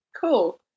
cool